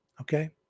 okay